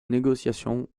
négociation